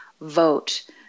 vote